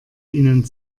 ihnen